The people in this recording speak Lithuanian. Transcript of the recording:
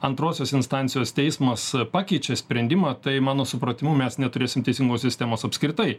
antrosios instancijos teismas pakeičia sprendimą tai mano supratimu mes neturėsim teisingumo sistemos apskritai